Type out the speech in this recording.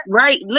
right